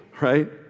Right